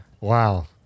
wow